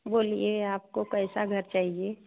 बोलिए आपको कैसा घर चाहिए